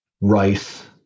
rice